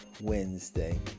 Wednesday